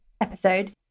episode